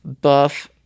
buff